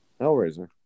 Hellraiser